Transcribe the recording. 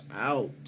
out